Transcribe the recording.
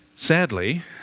Sadly